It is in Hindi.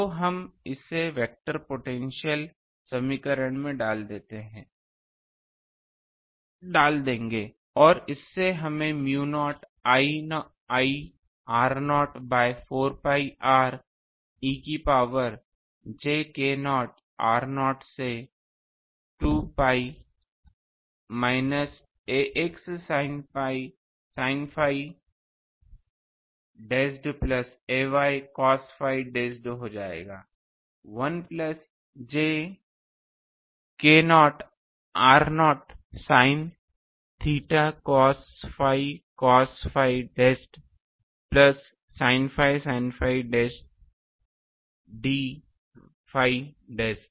तो हम इसे वेक्टर पोटेंशियल समीकरण में डाल देंगे और इससे हमें mu naught I r0 by 4 pi r e की पावर j k0 r0 से 2 pi minus ax sin phi dashed plus ay cos phi dashed हो जाएगा 1 plus j k0 r0 sin theta cos phi cos phi dashed plus sin phi sin phi dashed d phi dashed